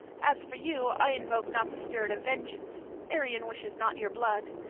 as for you, i invoke not the spirit of vengeance arion wishes not your blood.